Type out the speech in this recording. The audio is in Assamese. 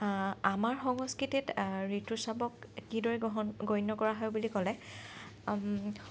আমাৰ সংস্কৃতিত ঋতুস্ৰাৱক কিদৰে গ্ৰহণ গণ্য কৰা হয় বুলি ক'লে